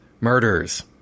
murders